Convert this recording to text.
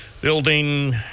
Building